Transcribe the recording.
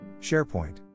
SharePoint